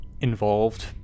involved